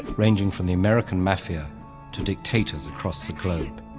ranging from the american mafia to dictators across the globe.